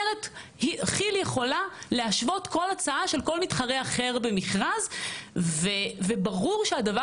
כי"ל יכולה להשוות כל הצעה של כל מתחרה אחר במכרז וברור שהדבר